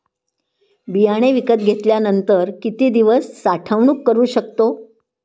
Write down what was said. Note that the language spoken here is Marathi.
बियाणे विकत घेतल्यानंतर किती दिवस साठवणूक करू शकतो?